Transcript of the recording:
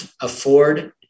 afford